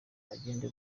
agende